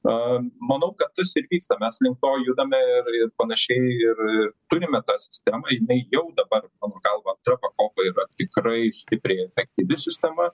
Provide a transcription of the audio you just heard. a manau kad tas ir vyksta mes link to judame ir ir panašiai ir ir turime tą sistemą jinai jau dabar mano galva antra pakopa yra tikrai stipriai efektyvi sistema